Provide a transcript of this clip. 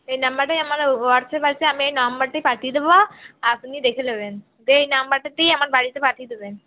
এই নাম্বারেই আমার হোয়াটসঅ্যাপ আছে আমি এই নম্বরটি পাঠিয়ে দেবো আপনি দেখে নেবেন এই নাম্বারটাতেই আমার বাড়িতে পাঠিয়ে দেবেন